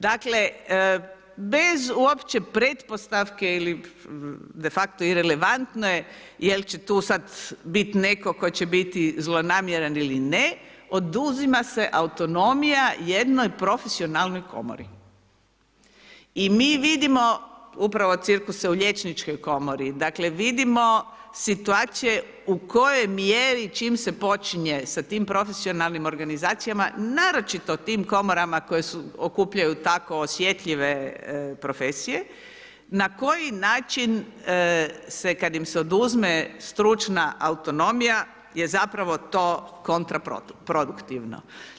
Dakle, bez uopće pretpostavke ili de facto, irelevantno jel' će tu sad bit netko tko će biti zlonamjeran ili ne, oduzima se autonomija jednoj profesionalnoj komori i mi vidimo upravo cirkuse u liječničkoj komori, dakle vidimo situacije u kojoj mjeri čim se počinje sa tim profesionalnim organizacijama, naročito u tim komorama koje okupljaju tako osjetljive profesije, na koji način se kad im se oduzme stručna autonomija je zapravo to kontraproduktivno.